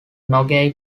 nogai